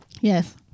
yes